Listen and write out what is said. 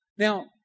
Now